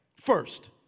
First